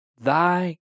thy